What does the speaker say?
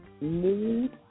need